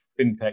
fintech